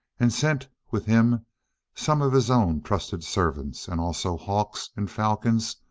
and sent with him some of his own trusted servants, and also hawks, and falcons,